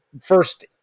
first